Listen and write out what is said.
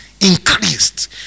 increased